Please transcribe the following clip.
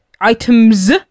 items